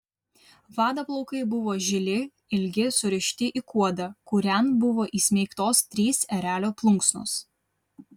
vado plaukai buvo žili ilgi surišti į kuodą kurian buvo įsmeigtos trys erelio plunksnos